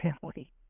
family